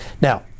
Now